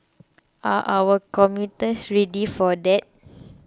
are our commuters ready for that